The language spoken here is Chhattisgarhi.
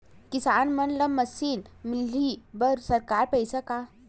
किसान मन ला मशीन मिलही बर सरकार पईसा का?